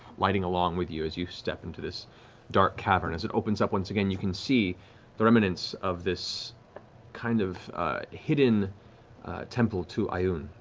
lighting along with you as you step into this dark cavern. as it opens up once again, you can see the remnants of this kind of hidden temple to ioun,